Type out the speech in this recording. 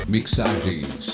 Mixagens